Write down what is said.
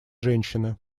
женщины